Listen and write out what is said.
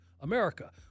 America